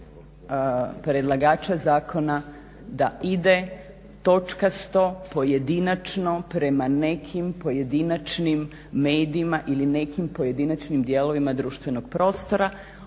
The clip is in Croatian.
predlagača zakona da ide točkasto, pojedinačno prema nekim pojedinačnim medijima ili nekim pojedinačnim dijelovima društvenog prostora